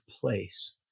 place